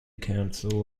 council